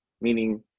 meaning